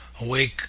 awake